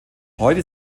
heute